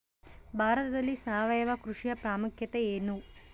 ಭಾರತದಲ್ಲಿ ಸಾವಯವ ಕೃಷಿಯ ಪ್ರಾಮುಖ್ಯತೆ ಎನು?